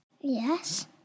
Yes